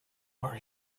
are